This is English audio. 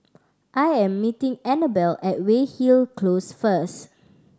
I am meeting Annabella at Weyhill Close first